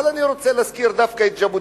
אבל אני רוצה להזכיר דווקא את ז'בוטינסקי.